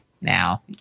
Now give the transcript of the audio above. now